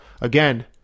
Again